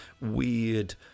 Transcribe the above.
weird